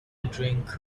drink